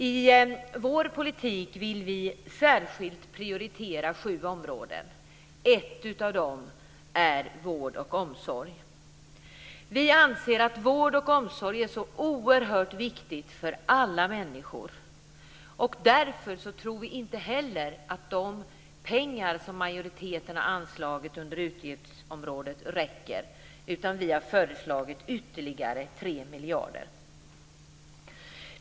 I vår politik vill vi särskilt prioritera sju områden. Ett av dem är vård och omsorg. Vi anser att vård och omsorg är så oerhört viktigt för alla människor. Därför tror vi inte heller att de pengar som majoriteten har anslagit under utgiftsområdet räcker. Vi har föreslagit ytterligare 3 miljarder.